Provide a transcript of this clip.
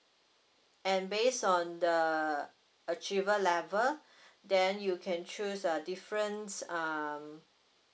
and based on the achiever level then you can choose a difference um